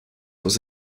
was